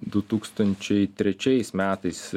du tūkstančiai trečiais metais